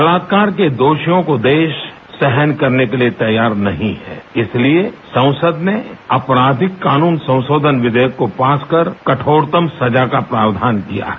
बलात्कार के दोषियों को देश सहन करने के लिए तैयार नहीं है इसलिए संसद ने आपराधिक कानून संशोधन विधेयक को पास कर कठोरतम सजा का प्रावधान किया है